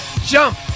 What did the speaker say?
Jump